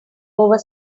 over